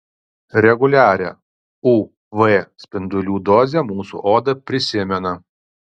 reguliarią uv spindulių dozę mūsų oda prisimena